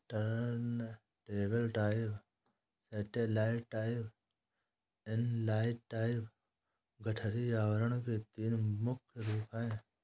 turntable type, satellite type और inline type गठरी आवरण के तीन मुख्य रूप है